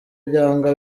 byanga